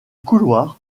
couloir